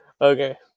okay